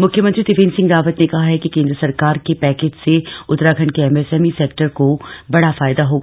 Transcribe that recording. मुख्यमंत्री त्रिवेंद्र सिंह रावत ने कहा है कि केन्द्र सरकार के पैकेज से उत्तराखण्ड के एमएसएमई सेक्टर को बड़ा फायदा होगा